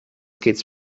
gehts